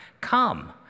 come